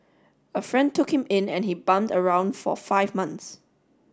a friend took him in and he bummed around for five months